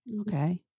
Okay